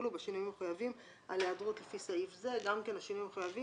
כאילו מגבלה ולכן תיזהרו, אני לא מסכים.